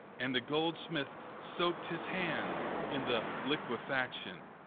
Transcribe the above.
and the goldsmith soaked his hands in the liquefaction,